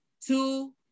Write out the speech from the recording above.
two